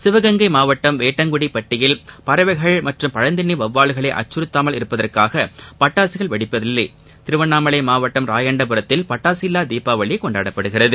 சிவகங்கை மாவட்டம் வேட்டங்குடி பட்டியில் பறவைகள் மற்றும் பழந்தின்னி வௌவால்களை அச்சுறுத்தாமல் இருப்பதற்காக பட்டாசுகள் வெடிப்பதில்லை திருவண்ணாமலை மாவட்டம் ராயண்டபுரத்தில் பட்டாசு இல்லா தீபாவளி கொண்டாடப்படுகிறது